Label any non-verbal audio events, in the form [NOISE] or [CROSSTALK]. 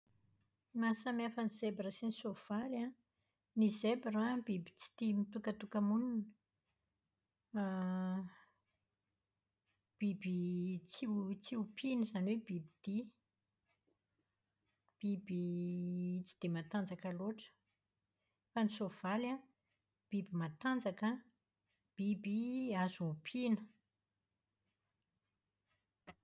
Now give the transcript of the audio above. Ny mahasamihafa ny zebra sy ny soavaly an, ny zebra an biby tsy tia mitsitokatoka-monina. [HESITATION] Biby tsy ho- tsy ompiana, izany hoe biby dia. Biby tsy dia matanjaka loatra. Fa ny soavaly an, biby matanjaka, biby azo ompiana.